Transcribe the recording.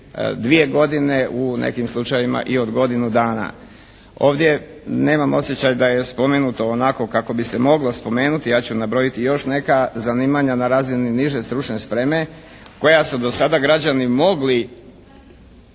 od 2 godine, u nekim slučajevima i od godinu dana. Ovdje nemam osjećaj da je spomenuto onako kako bi se moglo spomenuti, ja ću nabrojiti još neka zanimanja na razini niže stručne spreme koja su do sada građani mogli